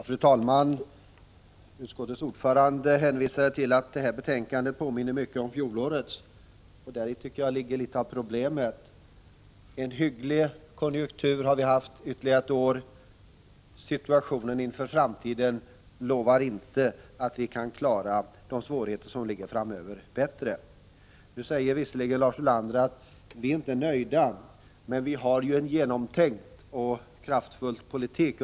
Fru talman! Utskottets ordförande hänvisade till att detta betänkande mycket påminner om motsvarande betänkande från i fjol. Däri, tror jag, ligger en del av problemet. Vi har alltså haft en hygglig konjuktur ytterligare ett år. Men situationen är sådan att man inte kan lova att vi klarar svårigheterna bättre framöver. Visserligen säger Lars Ulander: Vi är inte nöjda. Men vi för en genomtänkt och kraftfull politik.